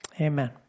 Amen